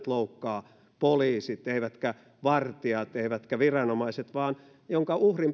loukkaa poliisit eivätkä vartijat eivätkä viranomaiset vaan jonka